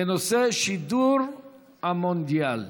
בנושא: שידור המונדיאל.